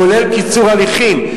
כולל קיצור תהליכים.